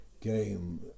game